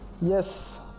yes